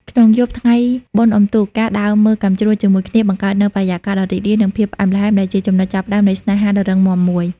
ក្នុងយប់ថ្ងៃបុណ្យអុំទូក ការដើរមើលកាំជ្រួចជាមួយគ្នា បង្កើតនូវបរិយាកាសដ៏រីករាយ និងភាពផ្អែមល្ហែម ដែលជាចំណុចចាប់ផ្ដើមនៃស្នេហាដ៏រឹងមាំមួយ។